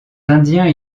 indiens